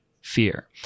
fear